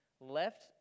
Left